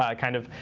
ah kind of.